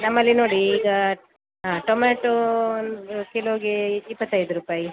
ನಮ್ಮಲ್ಲಿ ನೋಡಿ ಈಗ ಟೊಮೇಟೋ ಒಂದು ಕಿಲೋಗೆ ಇಪ್ಪತ್ತೈದು ರೂಪಾಯಿ